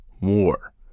war